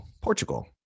Portugal